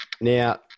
now